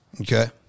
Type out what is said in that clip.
okay